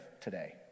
today